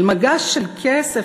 על מגש של כסף,